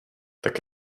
tak